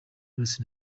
knowless